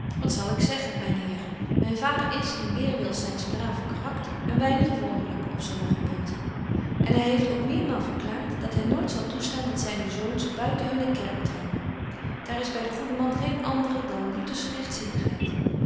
wat zal ik zeggen myn heer myn vader is in weerwil zyns braven karakters een weinig wonderlyk op sommige punten en hy heeft ook meermaal verklaart dat hy nooit zal toestaan dat zyne zoons buiten hunne kerk trouwen daar is by den goeden man geen andere dan lutersche